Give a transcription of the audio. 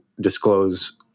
disclose